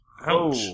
Ouch